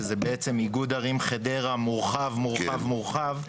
שזה איגוד ערים חדרה מורחב מורחב מורחב,